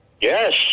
Yes